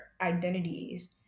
identities